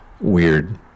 weird